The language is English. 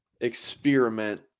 experiment